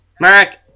Mark